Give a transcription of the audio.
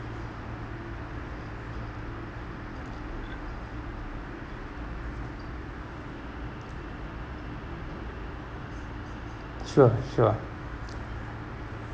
sure sure